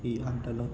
ఈ ఆటలో